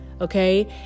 Okay